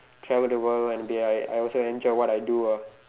travel the world and be like I also enjoy what I do ah